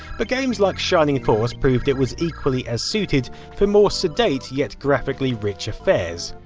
but games like shining force proved it was equally as suited for more sedate, yet graphically rich affairs.